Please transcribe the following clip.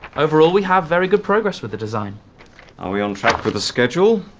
overall, we have very good progress with the design. are we on track with the schedule?